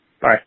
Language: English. Bye